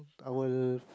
our